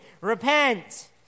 Repent